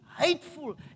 Hateful